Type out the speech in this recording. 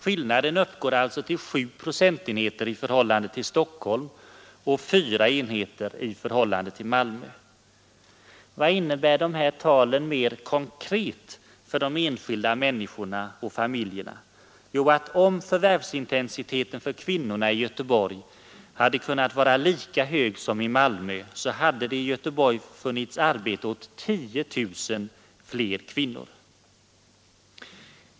Skillnaden uppgår alltså till 7 procentenheter i förhållande till Stockholm och 4 enheter i förhållande till Malmö. Vad innebär dessa tal mer konkret för de enskilda människorna och familjerna? Jo, de betyder att om förvärvsintensiteten för kvinnorna i Göteborg hade kunnat vara lika hög som i Malmö, då skulle det i Göteborg ha funnits arbete åt 10 000 fler kvinnor!